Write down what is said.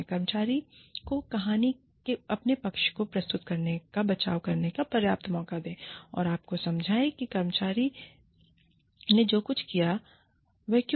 कर्मचारी को कहानी के अपने पक्ष को प्रस्तुत करने का बचाव करने का पर्याप्त मौका दें और आपको समझाएं कि कर्मचारी ने जो कुछ भी किया वह क्यों किया